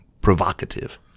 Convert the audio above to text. provocative